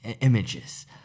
images